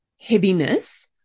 heaviness